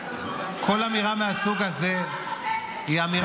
--- כל אמירה מן הסוג הזה היא אמירה לא נכונה.